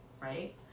right